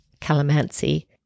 calamansi